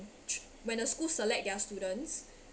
when the schools select their students